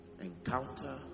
Encounter